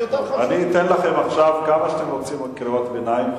אני אתן לכם עכשיו כמה שאתם רוצים קריאות ביניים,